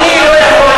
אני לא יכול,